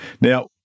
Now